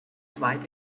zweite